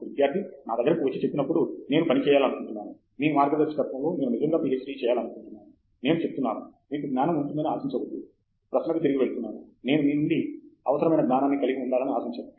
ఒక విద్యార్థి నా దగ్గరకు వచ్చి చెప్పినప్పుడు నేను పని చేయాలనుకుంటున్నాను మీ మార్గదర్శకత్వంలో నేను నిజంగా పీహెచ్డీ చేయాలనుకుంటున్నాను నేను చెప్తున్నాను మీకు జ్ఞానం ఉంటుందని ఆశించవద్దు ప్రశ్నకు తిరిగి వెళుతున్నాను నేను మీ నుండి అవసరమైన జ్ఞానాన్ని కలిగి ఉండాలని ఆశించను